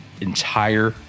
entire